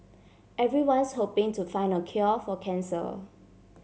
everyone's hoping to find the cure for cancer